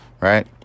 right